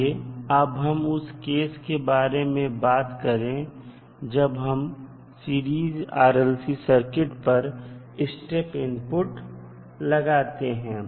आइए अब हम उस केस के बारे में बात करें जब हम सीरीज RLC सर्किट पर स्टेप इनपुट लगाते हैं